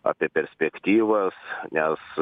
apie perspektyvas nes